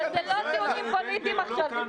אלה לא טיעונים פוליטיים עכשיו,